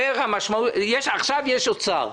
עכשיו יש אוצר,